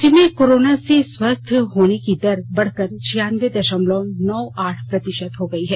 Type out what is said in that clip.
राज्य में कोरोना से स्वस्थ होने की दर बढकर छियानबे दशमलव नौ आठ प्रतिशत हो गई है